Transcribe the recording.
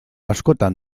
askotan